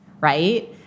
right